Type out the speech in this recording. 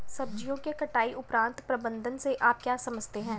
सब्जियों के कटाई उपरांत प्रबंधन से आप क्या समझते हैं?